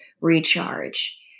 recharge